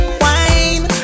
wine